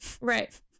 Right